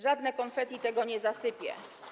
Żadne konfetti tego nie zasypie.